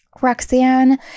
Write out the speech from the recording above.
Roxanne